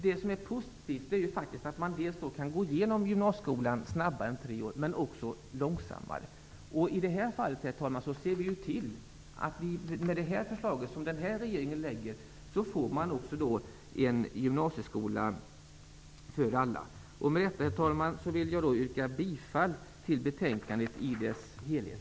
Det som är positivt är att man kan gå igenom gymnasieskolan snabbare än på tre år men också långsammare. Med det förslag som regeringen lägger fram får vi också en gymnasieskola för alla. Herr talman! Med detta vill jag yrka bifall till utskottets hemställan i dess helhet.